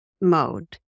mode